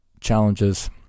challenges